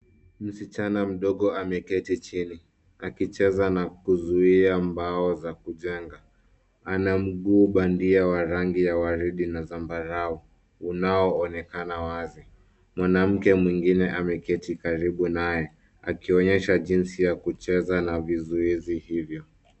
Msichana mdogo ameketi chini akicheza na kuzuia mbao za kujenga. Ana mguu bandia wa rangi ya waridi na zambarau unaoonekana wazi. Mwanamke mwingine ameketi karibu naye akionyesha jinsi ya kucheza na vizuizi hivyo.